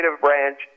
branch